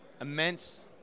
immense